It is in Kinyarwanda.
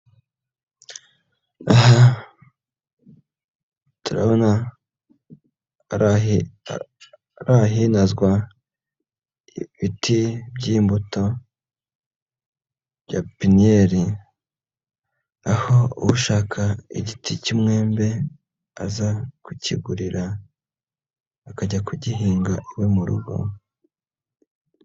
Aha turabona ari ahinazwa, ibiti by'imbuto bya pepeniyeli, aho ushaka igiti cy'umwembe aza kukigurira, akajya kugihinga iwe mu rugo.